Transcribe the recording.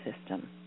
system